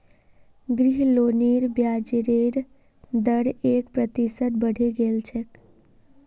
गृह लोनेर ब्याजेर दर एक प्रतिशत बढ़े गेल छेक